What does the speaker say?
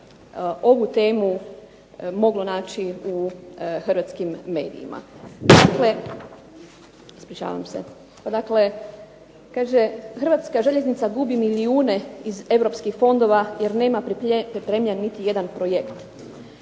ovu temu moglo naći u hrvatskim medijima. Dakle, kaže: "Hrvatska željeznica gubi milijune iz europskih fondova jer nema pripremljen niti jedan projekt.